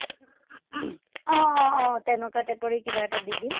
অঁ অঁ অঁ তেনেকুৱা টাইপৰে কিবা এটা দি দিম